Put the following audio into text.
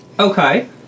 Okay